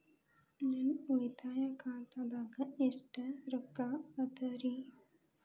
ನನ್ನ ಉಳಿತಾಯ ಖಾತಾದಾಗ ಎಷ್ಟ ರೊಕ್ಕ ಅದ ರೇ?